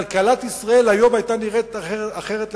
כלכלת ישראל היום היתה נראית אחרת לגמרי,